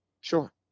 Sure